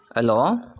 hello